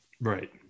right